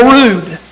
rude